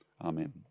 Amen